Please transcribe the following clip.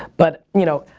but ya know,